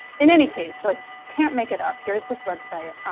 in any case, like can't make it up. here's this website,